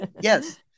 Yes